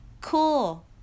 Cool